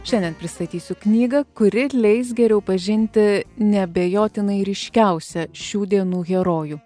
šiandien pristatysiu knygą kuri leis geriau pažinti neabejotinai ryškiausią šių dienų herojų